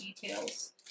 details